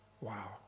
Wow